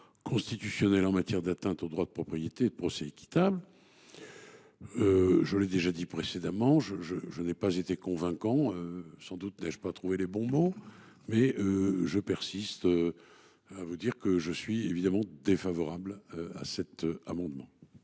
constitutionnelles en matière d’atteinte au droit de propriété et au droit à un procès équitable. Je l’ai déjà dit précédemment, mais je n’ai pas été convaincant – sans doute n’ai je pas trouvé les bons mots. Toutefois, je persiste à vous dire que je suis, bien évidemment, défavorable à cet amendement.